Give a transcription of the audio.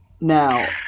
Now